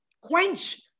Quench